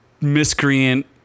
Miscreant